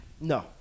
No